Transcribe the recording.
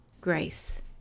Grace